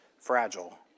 fragile